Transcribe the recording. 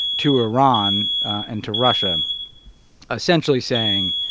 to iran and to russia essentially saying,